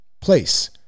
place